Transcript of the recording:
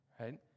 right